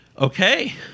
Okay